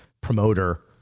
promoter